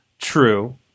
True